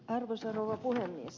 arvoisa rouva puhemies